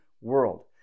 world